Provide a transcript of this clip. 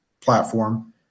platform